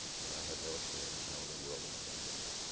and i have no experience. how in the world am i going to get one?